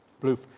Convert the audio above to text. blue